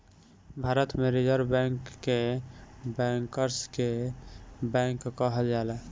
भारत में reserve bank के bankers के बैंक कहल जाला